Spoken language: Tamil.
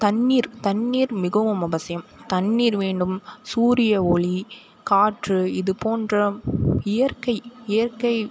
தண்ணீர் தண்ணீர் மிகவும் அவசியம் தண்ணீர் வேண்டும் சூரியஒளி காற்று இது போன்ற இயற்கை இயற்கை